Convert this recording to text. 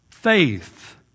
Faith